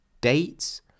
Dates